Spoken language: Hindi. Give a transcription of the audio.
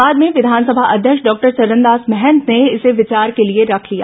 बाद में विंधानसभा अध्यक्ष डॉक्टर चरणदास महंत ने इसे विचार के लिए रख लिया